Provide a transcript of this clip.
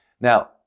Now